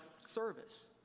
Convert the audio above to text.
service